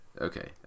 Okay